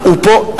הוא פה?